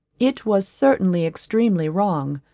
it was certainly extremely wrong.